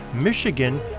Michigan